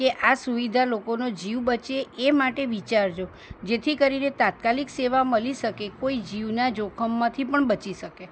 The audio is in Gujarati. કે આ સુવિધા લોકોનો જીવ બચે એ માટે વિચારજો જેથી કરીને તાત્કાલિક સેવા મલી શકે કોઈ જીવના જોખમમાંથી પણ બચી શકે